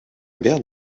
mère